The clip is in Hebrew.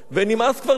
פה יש שלוש שנים,